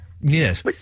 Yes